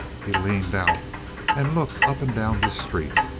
he leaned out and looked up and down the street.